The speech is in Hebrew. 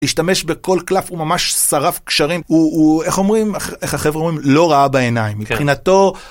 השתמש בכל קלף הוא ממש שרף קשרים הוא הוא איך אומרים איך החברה לא ראה בעיניים מבחינתו